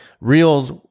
Reels